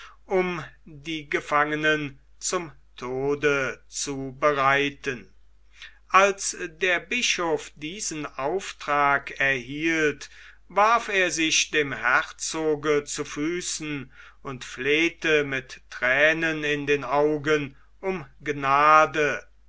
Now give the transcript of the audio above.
um die gefangenen zum tode zu bereiten als der bischof diesen auftrag erhielt warf er sich dem herzoge zu füßen und flehte mit thränen in den augen um gnade